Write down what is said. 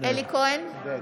אינו